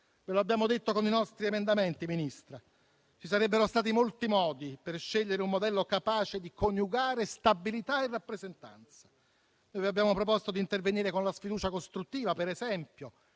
Ve lo abbiamo detto con i nostri emendamenti, signora Ministra. Ci sarebbero stati molti modi per scegliere un modello capace di coniugare stabilità e rappresentanza. Vi abbiamo proposto di intervenire con la sfiducia costruttiva, per esempio,